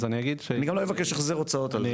אז אני אגיד ש- אני גם לא אבקש החזר הוצאות על זה,